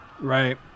Right